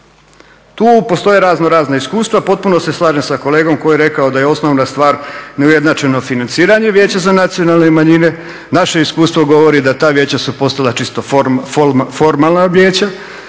tu postoje raznorazna iskustva. Potpuno se slažem sa kolegom koji je rekao da je osnovna stvar neujednačeno financiranje Vijeća za nacionalne manjine. Naše iskustvo govori da ta vijeća su postala čisto formalna vijeća,